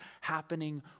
happening